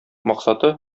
максаты